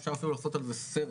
אפשר אפילו לעשות על זה סרט.